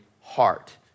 heart